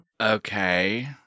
Okay